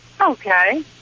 Okay